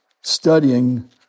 studying